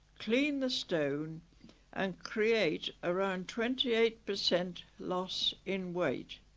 clean the stone and create around twenty eight percent loss in weight